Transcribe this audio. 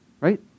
Right